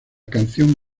canción